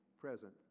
present